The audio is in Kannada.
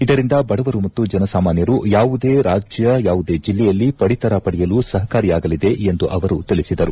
ಇದರಿಂದ ಬಡವರು ಮತ್ತು ಜನಸಾಮಾನ್ಯರು ಯಾವುದೇ ರಾಜ್ಯ ಯಾವುದೇ ಜಿಲ್ಲೆಯಲ್ಲಿ ಪಡಿತರ ಪಡೆಯಲು ಸಹಕಾರಿಯಾಗಲಿದೆ ಎಂದು ಅವರು ತಿಳಿಸಿದರು